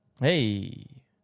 Hey